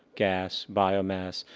gas, biomass,